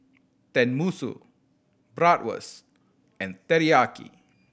Tenmusu Bratwurst and Teriyaki